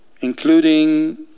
including